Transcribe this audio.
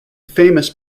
famous